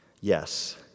Yes